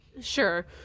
sure